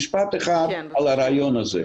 משפט אחד על הרעיון הזה.